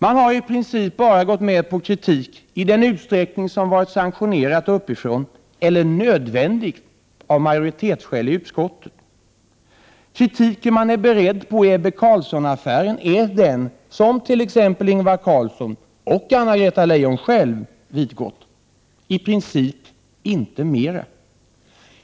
Man har i princip gått med på kritik bara i den utsträckning som det varit sanktionerat uppifrån eller nödvändigt av majoritetsskäl i utskottet. Kritiken man är beredd på i Ebbe Carlsson-affären är den som t.ex. Ingvar Carlsson och Anna-Greta Leijon själva vidgått, inte mera.